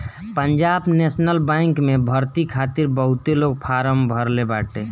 Punjab National Bank में भर्ती खातिर बहुते लोग फारम भरले बाटे